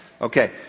Okay